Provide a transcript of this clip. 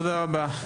תודה רבה.